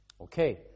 Okay